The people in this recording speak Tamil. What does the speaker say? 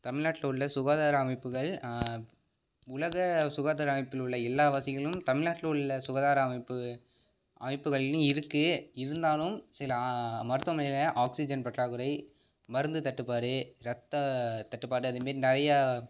தமிழ்நாட்டில உள்ள சுகாதார அமைப்புகள் உலக சுகாதார அமைப்பிலுள்ள எல்லா வசதிகளும் தமிழ்நாட்டில உள்ள சுகாதார அமைப்பு அமைப்புகளிலும் இருக்கு இருந்தாலும் சில மருத்துவமனைகளில் ஆக்சிஜன் பற்றாகுறை மருந்து தட்டுபாடு இரத்த தட்டுபாடு அதேமாரி நிறையா